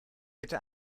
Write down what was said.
bitte